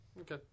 Okay